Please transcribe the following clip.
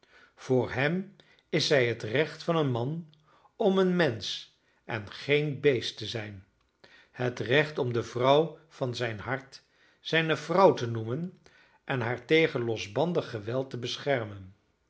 voor hem is zij het recht van een man om een mensch en geen beest te zijn het recht om de vrouw van zijn hart zijne vrouw te noemen en haar tegen losbandig geweld te beschermen